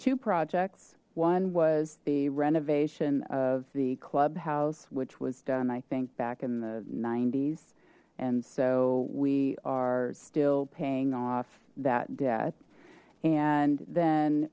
two projects one was the renovation of the clubhouse which was done i think back in the s and so we are still paying off that debt and